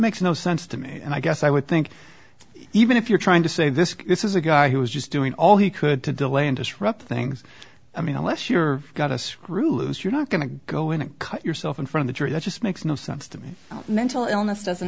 makes no sense to me and i guess i would think even if you're trying to say this this is a guy who was just doing all he could to delay and disrupt things i mean unless you're got a screw loose you're not going to go in and cut yourself in from the jury that just makes no sense to me mental illness doesn't